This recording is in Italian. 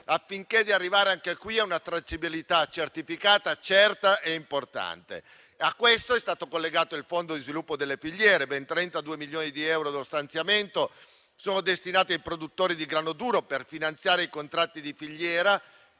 Governo per arrivare anche qui ad una tracciabilità certificata certa e importante. A questo è stato collegato il fondo di sviluppo delle filiere, con ben 32 milioni di euro di stanziamento destinati ai produttori di grano duro per finanziare i contratti di filiera